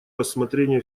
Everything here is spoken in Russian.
рассмотрение